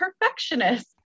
perfectionist